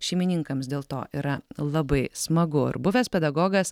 šeimininkams dėl to yra labai smagu ir buvęs pedagogas